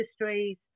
industries